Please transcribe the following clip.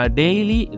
daily